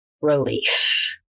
relief